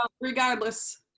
regardless